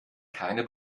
keine